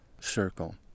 circle